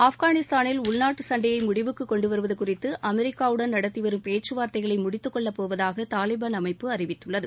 ஆப்கானிஸ்தானில் உள்நாட்டு சண்டையை முடிவுக்கு கொன்டுவருவது குறித்து அமெரிக்கா உடன் நடத்திவரும் பேச்சுவார்தைகளை முடித்துக் கொள்ளப்போவதாக தாலிபாள் அமைப்பு அறிவித்துள்ளது